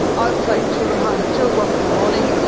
i will take children home at two o'clock in the morning, and